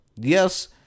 Yes